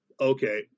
okay